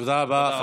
תודה רבה.